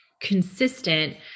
consistent